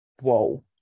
whoa